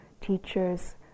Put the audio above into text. teachers